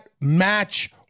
match